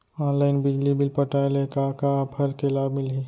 Online बिजली bill पटाय ले का का ऑफ़र के लाभ मिलही?